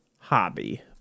Hobby